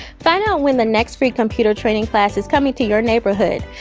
find out when the next free computer training class is coming to your neighborhood.